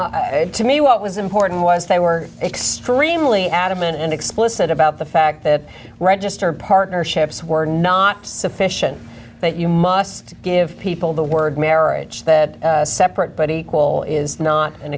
to me what was important was they were extremely adamant and explicit about the fact that registered partnerships were not sufficient that you must give people the word marriage that separate but equal is not an